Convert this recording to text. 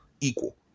Equal